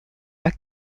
bas